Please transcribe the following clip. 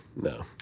no